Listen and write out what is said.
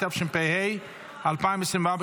התשפ"ה 2024,